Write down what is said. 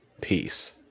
peace